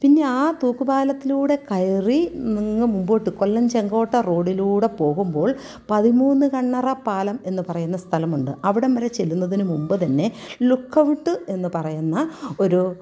പിന്നെ ആ തൂക്കുപാലത്തിലൂടെ കയറി അങ്ങ് മുൻപോട്ട് കൊല്ലം ചെങ്കോട്ട റോഡിലൂടെ പോകുമ്പോൾ പതിമൂന്ന് കണ്ണറ പാലം എന്നു പറയുന്ന സ്ഥലമുണ്ട് അവിടം വരെ ചെല്ലുന്നതിനു മുൻപു തന്നെ ലുക്ക് ഔട്ട് എന്നു പറയുന്ന ഒരു